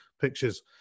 pictures